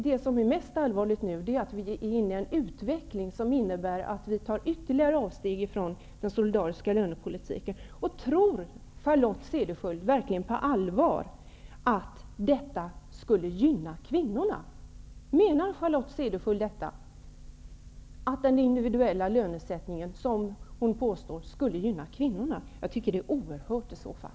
Det som nu är mest allvarligt är att vi är inne i en utveckling som innebär att vi tar ytterligare avsteg från den solidariska lönepolitiken. Tror Charlotte Cederschiöld verkligen på allvar att detta skulle gynna kvinnorna? Menar Charlotte Cederschiöld att den individuella lönesättningen skulle gynna kvinnorna? Jag tycker att det är oerhört i så fall.